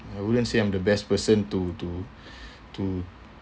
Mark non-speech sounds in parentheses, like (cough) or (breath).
I wouldn't say I'm the best person to to (breath) to